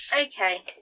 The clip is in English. okay